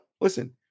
listen